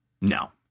no